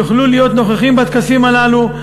יוכלו להיות נוכחים בטקסים הללו,